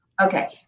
Okay